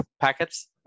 packets